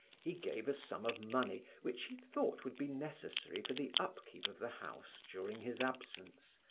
he gave a sum of money which he thought would be necessary for the upkeep of the house during his absence,